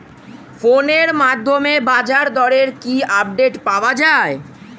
ফোনের মাধ্যমে বাজারদরের কি আপডেট পাওয়া যায়?